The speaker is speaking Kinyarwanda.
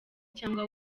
cyangwa